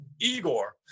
Igor